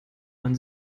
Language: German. man